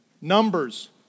Numbers